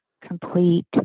complete